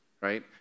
right